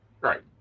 Right